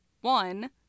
one